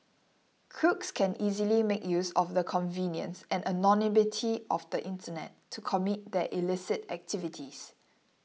crooks can easily make use of the convenience and anonymity of the internet to commit their illicit activities